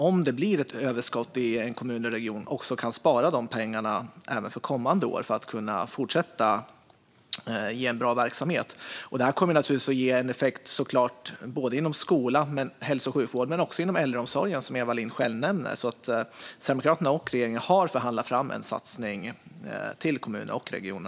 Om det blir överskott i en kommun eller region kan de spara de pengarna till kommande år för att då kunna fortsätta ge en bra verksamhet. Det kommer naturligtvis att ge effekt inom skolan och hälso och sjukvården, men även inom äldreomsorgen som Eva Lindh själv nämnde. Sverigedemokraterna och regeringen har alltså förhandlat fram en satsning på kommuner och regioner.